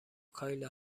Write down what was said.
کایلا